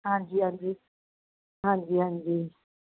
ਹਾਂਜੀ ਹਾਂਜੀ ਹਾਂਜੀ ਹਾਂਜੀ